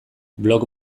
blog